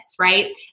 right